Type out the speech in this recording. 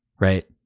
right